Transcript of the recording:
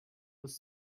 was